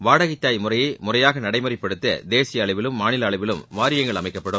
வாடகைத்தாய் முறையை முறையாக நடைமுறைப்படுத்த தேசிய அளவிலும் மாநில அளவிலும் வாரியங்கள் அமைக்கப்படும்